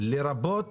לרבות